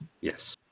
Yes